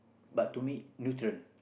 but to me neutral